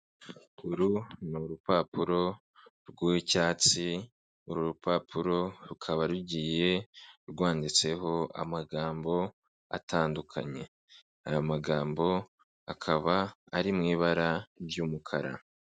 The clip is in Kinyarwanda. Uru ni urupapuro rw'icyatsi, uru rupapuro rukaba rugiye rwanditseho amagambo atandukanye. Ayo magambo akaba ari mu ibara ry'umukara.